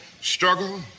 struggle